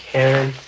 Karen